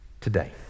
today